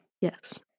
Yes